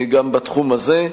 גם בתחום הזה.